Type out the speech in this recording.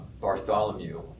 Bartholomew